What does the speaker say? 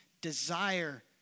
desire